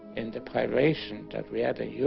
in the preparation that we had a